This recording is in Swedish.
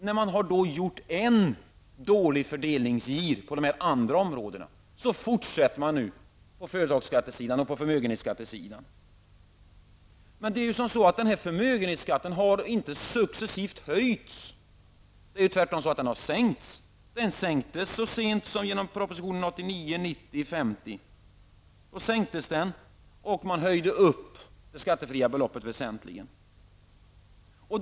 När man gjort en dålig fördelningsgiv på dessa områden, fortsätter man med företagsbeskattningen och förmögenhetsskatten. Förmögenhetsskatten har inte successivt höjts, utan den har tvärtom sänkts. Den sänktes så sent som genom prop. 1989/90:50; och man höjde det skattefria beloppet väsentligt.